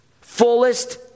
fullest